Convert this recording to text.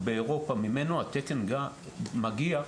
באירופה, ממנה התקן מגיע,